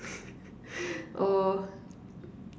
or